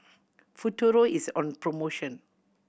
Futuro is on promotion